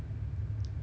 searching food ah